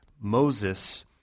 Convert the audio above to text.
Moses